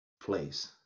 place